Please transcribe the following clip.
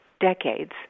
decades